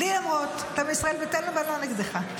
בלי למרות, אתה מישראל ביתנו ואני לא נגדך.